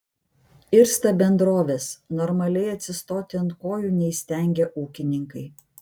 irsta bendrovės normaliai atsistoti ant kojų neįstengia ūkininkai